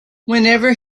whenever